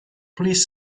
please